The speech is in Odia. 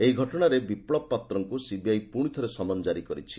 ଏହି ଘଟଣାରେ ବିପ୍ଳବ ପାତ୍ରଙ୍କୁ ସିବିଆଇ ପୁଣିଥରେ ସମନ କାରି କରିଛି